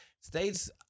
states